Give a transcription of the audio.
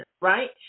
right